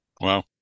Wow